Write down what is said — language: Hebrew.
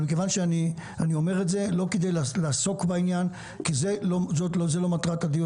אני לא אומר את זה כדי לעסוק בעניין; זו לא מטרת הדיון.